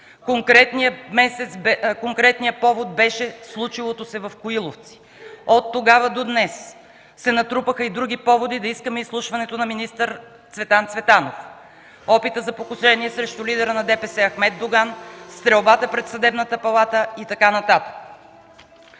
Конкретният повод беше случилото се в Коиловци. Оттогава до днес се натрупаха и други поводи да искаме изслушването на министър Цветан Цветанов – опитът за покушение срещу лидера на ДПС Ахмед Доган, стрелбата пред Съдебната палата и така